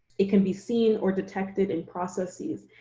it can be seen or detected in processes,